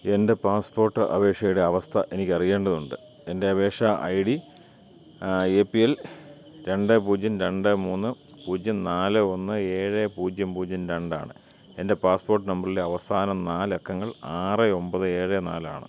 എൻ്റെ പാസ്പോർട്ട് അപേക്ഷയുടെ അവസ്ഥ എനിക്കറിയേണ്ടതുണ്ട് എൻ്റെ അപേക്ഷാ I D A P L രണ്ട് പൂജ്യം രണ്ട് മൂന്ന് പൂജ്യം നാല് ഒന്ന് ഏഴ് പൂജ്യം പൂജ്യം രണ്ടാണ് എൻ്റെ പാസ്പോർട്ട് നമ്പറിലെ അവസാന നാലക്കങ്ങൾ ആറ് ഒൻപത് ഏഴ് നാലാണ്